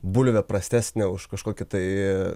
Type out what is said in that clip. bulvė prastesnė už kažkokį tai